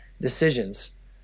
decisions